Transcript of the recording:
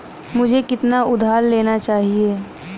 मुझे कितना उधार लेना चाहिए?